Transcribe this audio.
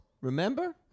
Remember